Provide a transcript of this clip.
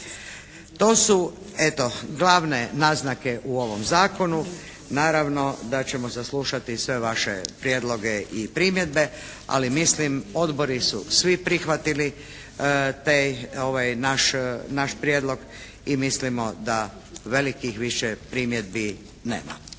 To su eto glavne naznake u ovom zakonu. Naravno da ćemo saslušati sve vaše prijedloge i primjedbe ali mislim odbori su svi prihvatili te, naš, naš prijedlog i mislimo da velikih više primjedbi nema.